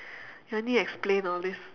ya need explain all this